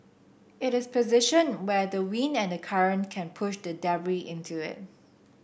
it is positioned where the wind and the current can push the debris into it